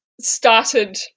started